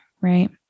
right